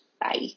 Bye